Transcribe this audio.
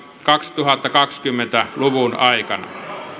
kaksituhattakaksikymmentä luvun aikana